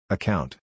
Account